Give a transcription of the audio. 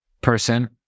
person